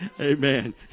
Amen